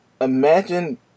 imagine